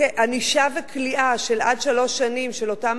ענישה וכליאה של עד שלוש שנים של אותם